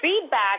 feedback